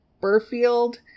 Burfield